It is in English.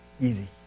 easy